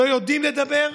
לא יודעים לדבר,